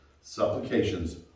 Supplications